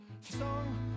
song